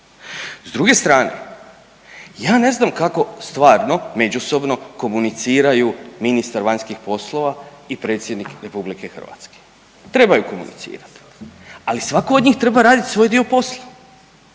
S druge strane ja ne znam kako stvarno međusobno komuniciraju ministar vanjskih poslova i Predsjednik RH. Trebaju komunicirati, ali svako od njih treba radit svoj dio posla.